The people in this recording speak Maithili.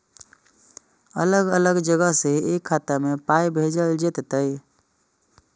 अलग अलग जगह से एक खाता मे पाय भैजल जेततै?